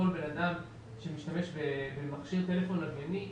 בן אדם שמשתמש במכשיר טלפון לווייני,